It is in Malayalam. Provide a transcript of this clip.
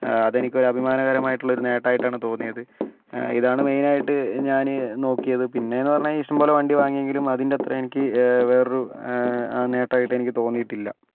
അതെനിക്കൊരു അഭിമാനകരമായിട്ടുള്ള ഒരു നേട്ടമായിട്ടാണ് തോന്നിയത് ഇതാണ് മെയിൻ ആയിട്ട് ഞാൻ നോക്കിയത് പിന്നേന്ന് പറഞ്ഞു കഴിഞ്ഞാൽ ഇഷ്ടം പോലെ വണ്ടി വാങ്ങിയെങ്കിലും അതിൻറ്റെ അത്ര എനിക്ക് വേറൊരു നേട്ടം ആയിട്ട് എനിക്ക് തോന്നിയിട്ടില്ല